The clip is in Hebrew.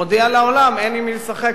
מודיע לעולם: אין עם מי לשחק,